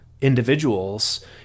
individuals